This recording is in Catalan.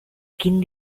quin